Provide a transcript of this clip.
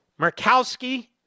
Murkowski